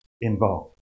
involved